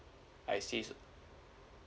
I see s~